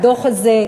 הדוח הזה,